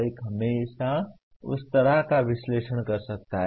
एक हमेशा उस तरह का विश्लेषण कर सकता है